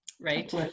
right